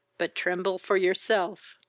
but tremble for yourself!